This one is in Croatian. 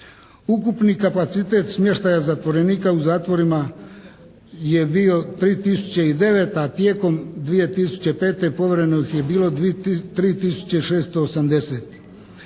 Ukupni kapacitet smještaja zatvorenika u zatvorima je bio 3009, a tijekom 2005. povremeno ih je bilo 3680.